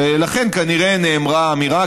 ולכן כנראה נאמרה אמירה,